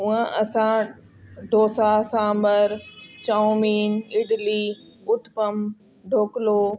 ऊअं असां डोसा सांभर चाउमीन इडली उत्पम ढोकलो